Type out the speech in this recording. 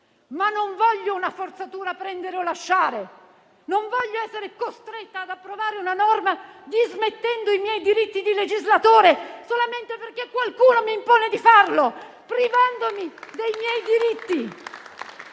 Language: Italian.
Non voglio, però, una forzatura del tipo «prendere o lasciare». Non voglio essere costretta ad approvare una norma dismettendo i miei diritti di legislatore solamente perché qualcuno mi impone di farlo, privandomi dei miei diritti